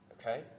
okay